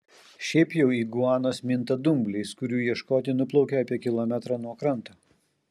šiaip jau iguanos minta dumbliais kurių ieškoti nuplaukia apie kilometrą nuo kranto